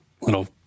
Little